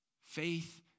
Faith